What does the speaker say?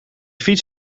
fiets